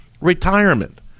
retirement